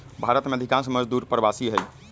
भारत में अधिकांश मजदूर प्रवासी हई